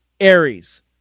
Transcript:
Aries